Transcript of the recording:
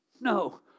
No